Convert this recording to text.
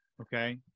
Okay